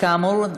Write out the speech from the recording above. כאמור,